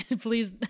please